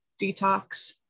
detox